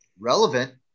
relevant